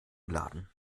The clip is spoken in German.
laden